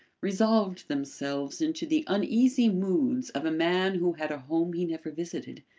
resolved themselves into the uneasy moods of a man who had a home he never visited,